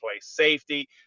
safety